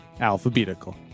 Alphabetical